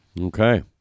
Okay